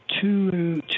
two